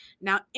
Now